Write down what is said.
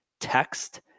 text